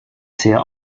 sehr